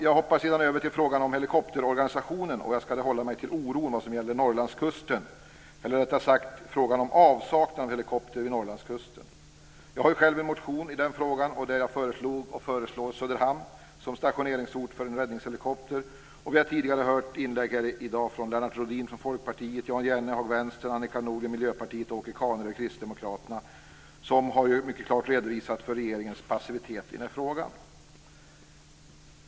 Jag övergår nu till frågan om helikopterorganisationen, och jag skall hålla mig till oron över avsaknaden av helikoptrar vid Norrlandskusten. Jag har själv väckt en motion i frågan, där jag föreslår Söderhamn som stationeringsort för en räddningshelikopter. Vi har tidigare i dag hört inlägg från Kristdemokraterna, där man mycket klart har redovisat regeringens passivitet i den här frågan.